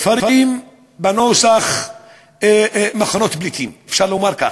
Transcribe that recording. כפרים בנוסח מחנות פליטים, אפשר לומר כך.